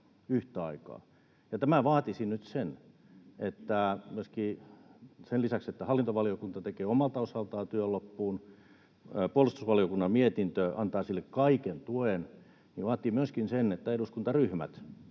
että sen lisäksi, että hallintovaliokunta tekee omalta osaltaan työn loppuun ja puolustusvaliokunnan mietintö antaa sille kaiken tuen, niin se vaatii myöskin sen, että eduskuntaryhmät